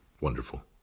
Wonderful